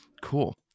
cool